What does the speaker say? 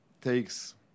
takes